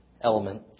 element